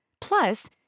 Plus